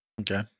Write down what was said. Okay